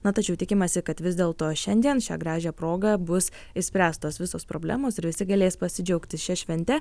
na tačiau tikimasi kad vis dėlto šiandien šią gražią progą bus išspręstos visos problemos ir visi galės pasidžiaugti šia švente